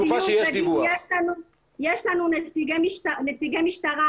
נמצאים נציגי המשטרה,